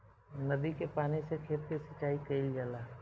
नदी के पानी से खेत के सिंचाई कईल जाला